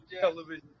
television